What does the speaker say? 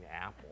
Apple